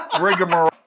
rigmarole